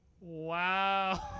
Wow